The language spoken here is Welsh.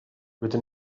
rydyn